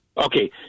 Okay